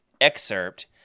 excerpt